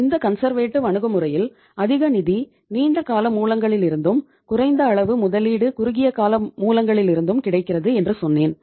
இந்த கன்சர்வேட்டிவ் அணுகுமுறையில் அதிக நிதி நீண்டகால மூலங்களிலிருந்தும் குறைந்த அளவு முதலீடு குறுகியகால மூலங்களிலிருந்தும் கிடைக்கிறது என்று சொன்னேன்